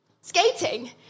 skating